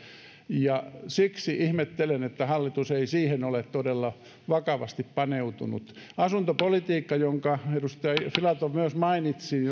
ja siksi ihmettelen että hallitus ei siihen ole todella vakavasti paneutunut asuntopolitiikka jonka edustaja filatov myös mainitsi